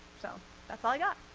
so that's all i got.